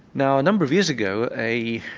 now a number of years ago a